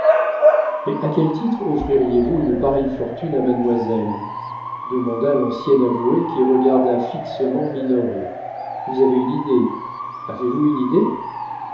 mais à quel titre offririez vous une pareille fortune à mademoiselle demanda l'ancien avoué qui regarda fixement minoret vous avez une idée avez-vous une idée